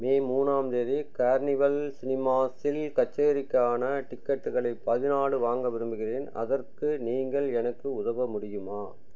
மே மூணாம் தேதி கார்னிவல் சினிமாஸில் கச்சேரிக்கான டிக்கெட்டுகளை பதினாலு வாங்க விரும்புகிறேன் அதற்கு நீங்கள் எனக்கு உதவ முடியுமா